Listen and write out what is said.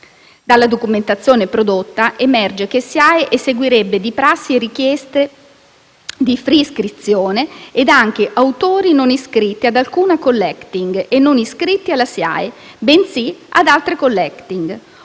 Dalla documentazione prodotta emerge che la SIAE eseguirebbe di prassi richieste di *fee* di iscrizione anche ad autori non iscritti ad alcuna *collecting* o non iscritti alla SIAE bensì ad altre *collecting*,